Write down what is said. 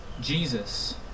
Jesus